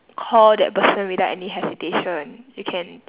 call that person without any hesitation you can